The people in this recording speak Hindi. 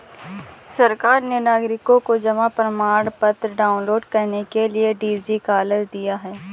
सरकार ने नागरिकों को जमा प्रमाण पत्र डाउनलोड करने के लिए डी.जी लॉकर दिया है